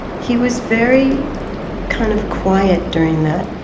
he was very kind of quiet during that.